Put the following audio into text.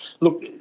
Look